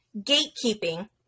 gatekeeping